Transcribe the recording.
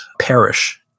perish